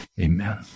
Amen